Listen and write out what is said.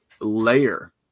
layer